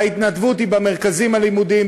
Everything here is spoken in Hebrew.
וההתנדבות היא במרכזים הלימודיים,